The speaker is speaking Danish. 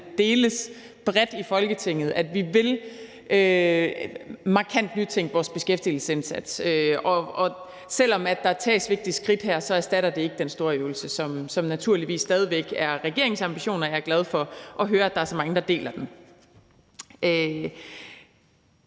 deles bredt i Folketinget, at vi markant vil nytænke vores beskæftigelsesindsats. Selv om der tages vigtige skridt her, erstatter det ikke den store øvelse, som naturligvis stadig væk er regeringens ambition, og jeg er glad for at høre, at der er så mange, der deler den.